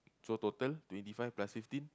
so total twenty five plus fifteen